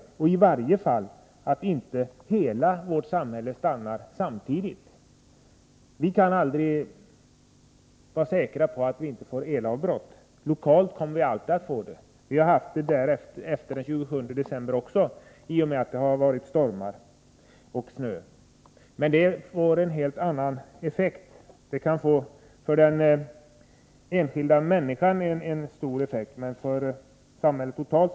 Vi måste i varje fall se till att inte hela vårt samhälle stannar samtidigt. Vi kan aldrig vara säkra på att vi inte får elavbrott. Lokalt kommer vi alltid att drabbas av sådana. Vi har haft elavbrott också efter den 27 december, till följd av stormar och snöfall. Men de lokala elavbrotten ger helt andra effekter. För den enskilda människan kan de i och för sig få svåra följer, men inte för samhället totalt.